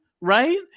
right